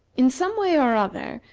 in some way or other,